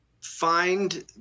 find